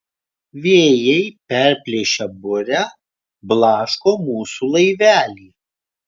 vėjai perplėšę burę blaško mūsų laivelį